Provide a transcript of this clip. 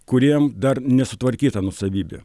kuriem dar nesutvarkyta nuosavybė